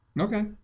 okay